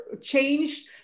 changed